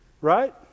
Right